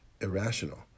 irrational